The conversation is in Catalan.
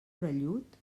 orellut